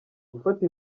gufata